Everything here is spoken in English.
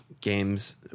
games